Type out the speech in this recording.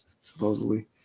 supposedly